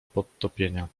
podtopienia